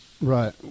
Right